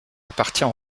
appartient